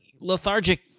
lethargic